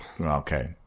Okay